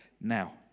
now